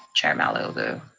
chair malauulu?